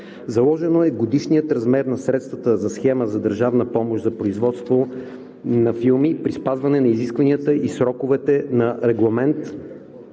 Заложено е годишният размер на средствата за схема за държавна помощ за производство на филми при спазване на изискванията и сроковете на Регламент